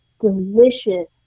delicious